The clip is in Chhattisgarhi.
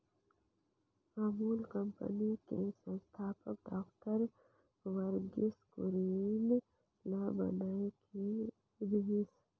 अमूल कंपनी के संस्थापक डॉक्टर वर्गीस कुरियन ल बनाए गे रिहिस